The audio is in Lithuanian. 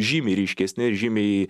žymiai ryškesni ir žymiai